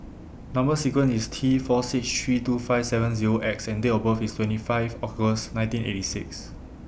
Number sequence IS T four six three two five seven Zero X and Date of birth IS twenty five August nineteen eighty six